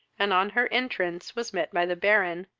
and on her entrance was met by the baron,